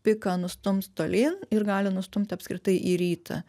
piką nustums tolyn ir gali nustumt apskritai į rytą